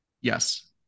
Yes